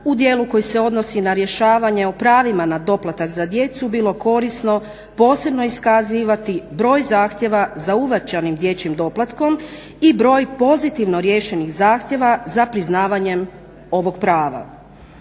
u dijelu koji se odnosi na rješavanje o pravima na doplatak za djecu bilo korisno posebno iskazivati broj zahtjeva za uvećanim dječjim doplatkom i broj pozitivno riješenih zahtjeva za priznavanjem ovog prava.